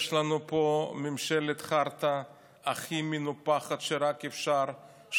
יש לנו פה ממשלת חרטא הכי מנופחת שרק אפשר,